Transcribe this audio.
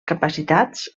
capacitats